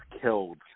killed